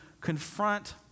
confront